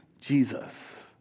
Jesus